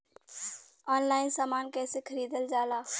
Online समान कैसे खरीदल जाला?